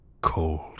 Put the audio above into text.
cold